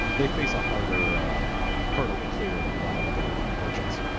they face a harder hurdle to clear than a lot of other merchants.